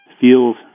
feels